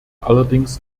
allerdings